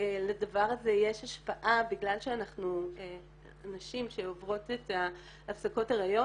לדבר הזה יש השפעה בגלל שאנחנו נשים שעוברות את ההפסקות הריון,